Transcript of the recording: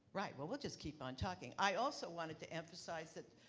right. we'll we'll just keep on talking. i also wanted to emphasize that